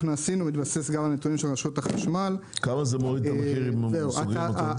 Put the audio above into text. זה מוריד את המחיר אם הם סוגרים אותן?